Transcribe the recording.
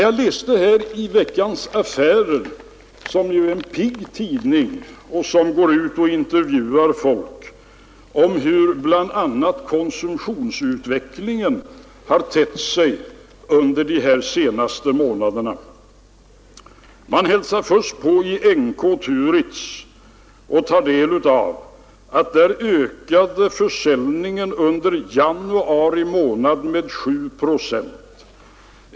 Jag läste i Veckans affärer, som ju är en pigg tidning och som går ut och intervjuar folk, om hur bl.a. konsumtionsutvecklingen har tett sig under de senaste månaderna. Man hälsar först på i NK-Turitz och finner att försäljningen ökade där under januari månad med 7 procent.